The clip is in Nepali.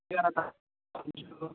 ज्यादा भन्छु